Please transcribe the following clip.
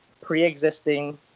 pre-existing